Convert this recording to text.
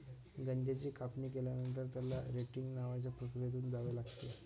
गांजाची कापणी केल्यानंतर, त्याला रेटिंग नावाच्या प्रक्रियेतून जावे लागते